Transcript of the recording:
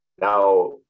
Now